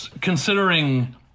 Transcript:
considering